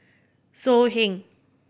So Heng